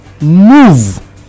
move